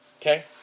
okay